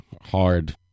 hard